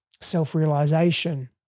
self-realization